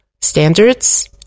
standards